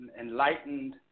enlightened